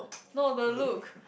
no the look